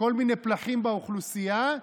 כל מיני פלחים באוכלוסייה,